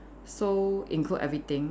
so include everything